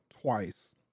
twice